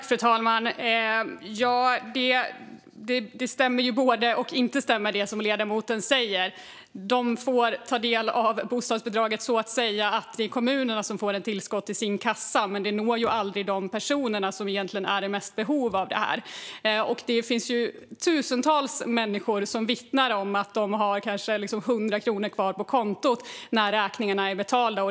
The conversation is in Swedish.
Fru talman! Det både stämmer och inte stämmer, det som ledamoten säger. De får ta del av bostadsbidraget i så måtto att kommunerna får ett tillskott till sin kassa, men det når ju aldrig de personer som är i störst behov av det. Det finns tusentals människor som vittnar om att de har kanske hundra kronor kvar på kontot när räkningarna är betalda.